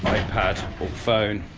ipad or phone,